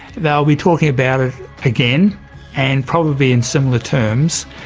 they'll be talking about it again and probably in similar terms,